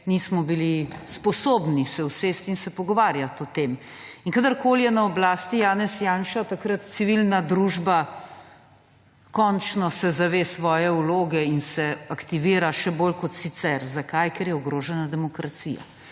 nismo bili sposobni se usesti in se pogovarjati o tem. Kadarkoli je na oblasti Janez Janša, se civilna družba končno zave svoje vloge in se aktivira še bolj kot sicer. Zakaj? Ker je ogrožena demokracijo.